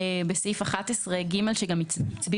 סעיף 11(ג), שהוצבע